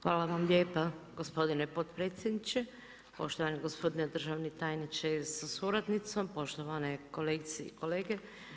Hvala lijepa gospodine potpredsjedniče, poštovani gospodine državni tajniče sa suradnicom, poštovane kolegice i kolege.